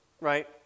right